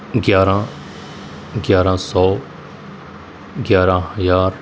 ਗਿਆਰਾਂ ਗਿਆਰਾਂ ਸੌ ਗਿਆਰਾਂ ਹਜ਼ਾਰ